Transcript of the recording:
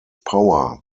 power